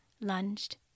lunged